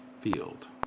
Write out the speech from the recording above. field